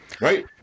right